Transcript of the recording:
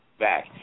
back